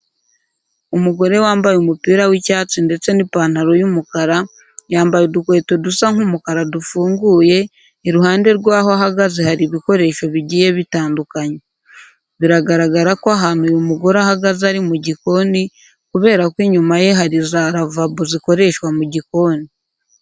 Umugore wambaye umupira w'icyatsi ndetse n'ipantaro y'umukara, yambaye udukweto dusa nk'umukara dufunguye, iruhande rwaho ahagaze hari ibikoresho bigiye bitandukanye. Biragaragara ko ahantu uyu mugore ahagaze ari mu gikoni kubera ko inyuma ye hari za ravabo zikoreshwa mu gikoni.